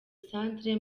centre